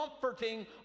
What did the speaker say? comforting